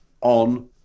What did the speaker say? on